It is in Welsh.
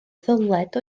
ddyled